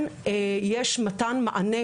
כן יש מתן מענה,